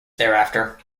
thereafter